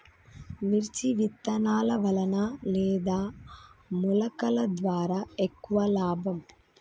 మిర్చి విత్తనాల వలన లేదా మొలకల ద్వారా ఎక్కువ లాభం?